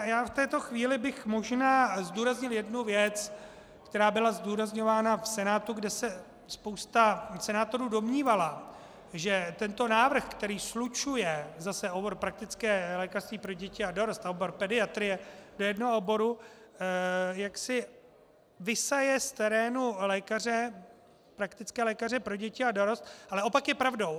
V této chvíli bych možná zdůraznil jednu věc, která byla zdůrazňována v Senátu, kde se spousta senátorů domnívala, že tento návrh, který slučuje zase obor praktické lékařství pro děti a dorost a obor pediatrie do jednoho oboru, jaksi vysaje z terénu praktické lékaře pro děti a dorost, ale opak je pravdou.